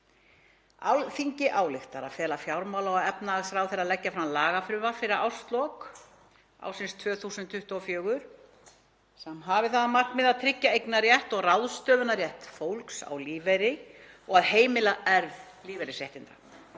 „Alþingi ályktar að fela fjármála- og efnahagsráðherra að leggja fram lagafrumvarp fyrir árslok 2024 sem hafi að markmiði að tryggja eignarrétt og ráðstöfunarrétt fólks á lífeyri og að heimila erfð lífeyrisréttinda.